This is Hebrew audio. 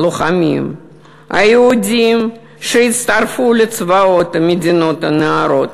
הלוחמים היהודים שהצטרפו לצבאות המדינות הנאורות,